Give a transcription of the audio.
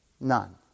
None